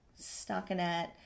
stockinette